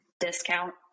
Discount